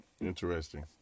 interesting